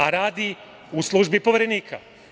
A radi u službi Poverenika.